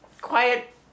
quiet